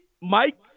Mike